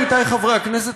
עמיתי חברי הכנסת,